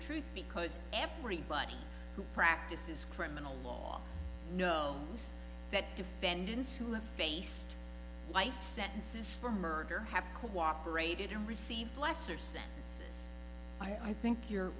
truth because everybody who practices criminal law knows that defendants who have faced life sentences for murder have cooperated and received lesser sentences i think you're